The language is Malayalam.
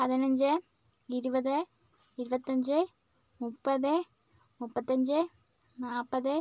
പതിനഞ്ച് ഇരുപത് ഇരുപത്തിയഞ്ച് മുപ്പത് മുപ്പത്തഞ്ച് നാൽപ്പത്